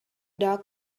dug